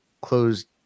closed